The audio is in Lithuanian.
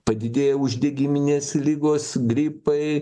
padidėjo uždegiminės ligos gripai